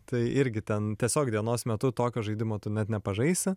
tai irgi ten tiesiog dienos metu tokio žaidimo tu net nepažaisi